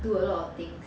do a lot of things